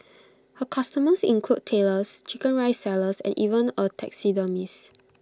her customers include Tailors Chicken Rice sellers and even A taxidermist